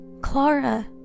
Clara